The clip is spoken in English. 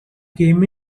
came